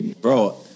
Bro